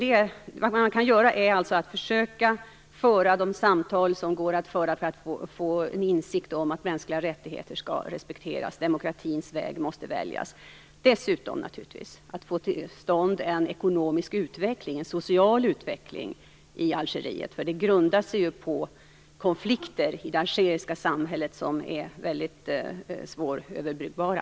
Vad man kan göra är alltså försöka föra de samtal som det går att föra för att få en insikt om att mänskliga rättigheter skall respekteras. Demokratins väg måste väljas. Dessutom gäller det naturligtvis att få till stånd en ekonomisk och social utveckling i Algeriet. Grunden är ju konflikter i det algeriska samhället som är väldigt svåröverbryggbara.